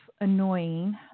annoying